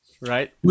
Right